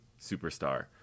superstar